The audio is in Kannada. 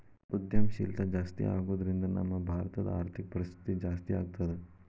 ಉದ್ಯಂಶೇಲ್ತಾ ಜಾಸ್ತಿಆಗೊದ್ರಿಂದಾ ನಮ್ಮ ಭಾರತದ್ ಆರ್ಥಿಕ ಪರಿಸ್ಥಿತಿ ಜಾಸ್ತೇಆಗ್ತದ